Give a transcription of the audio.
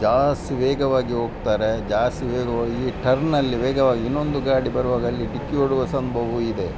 ಜಾಸ್ತಿ ವೇಗವಾಗಿ ಹೋಗ್ತಾರೆ ಜಾಸ್ತಿ ವೇಗವಾಗಿ ಟರ್ನಲ್ಲಿ ವೇಗವಾಗಿ ಇನ್ನೊಂದು ಗಾಡಿ ಬರುವಾಗ ಅಲ್ಲಿ ಡಿಕ್ಕಿ ಹೊಡೆವ ಸಂಭವವು ಇದೆ